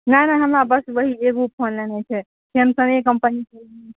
नहि नहि हमरा बस ओहि एगो फोन लेनाइ छै